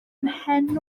mhen